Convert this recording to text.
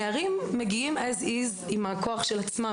הנערים מגיעים עם הכוח של עצמם,